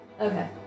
Okay